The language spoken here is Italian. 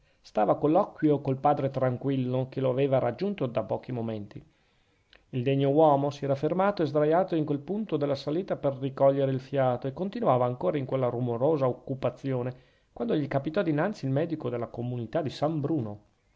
stava a colloquio col padre tranquillo che lo aveva raggiunto da pochi momenti il degno uomo si era fermato e sdraiato in quel punto della salita per ricogliere il fiato e continuava ancora in quella rumorosa occupazione quando gli capitò dinanzi il medico della comunità di san bruno